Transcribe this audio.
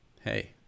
hey